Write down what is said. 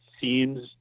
seems